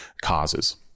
causes